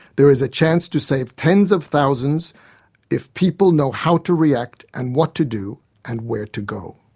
there is a chance to save tens of thousands if people know how to react, and what to do and where to go.